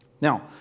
Now